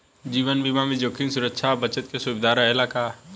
जीवन बीमा में जोखिम सुरक्षा आ बचत के सुविधा रहेला का?